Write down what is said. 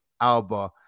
Alba